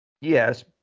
Yes